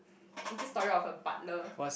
it is just story of a butler